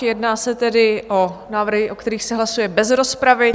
Jedná se tedy o návrhy, o kterých se hlasuje bez rozpravy.